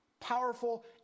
powerful